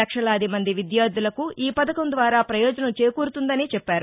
లక్షలాది మంది విద్యార్గులకు ఈ పధకం ద్వారా ప్రయోజనం చేకూరుతుందని చెప్పారు